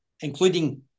including